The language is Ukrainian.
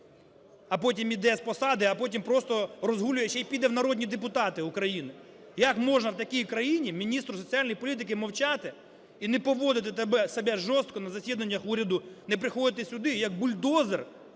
а потім іде з посади, а потім просто розгулює. Ще й піде в народні депутати України! Як можна в такій країні міністру соціальної політики мовчати і не поводити себе жорстко на засіданнях уряду, не приходити сюди і як бульдозер,